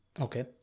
Okay